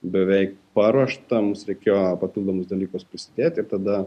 beveik paruošta mums reikėjo papildomus dalykus prisidėti ir tada